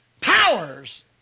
powers